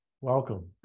Welcome